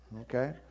okay